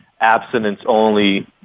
abstinence-only